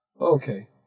Okay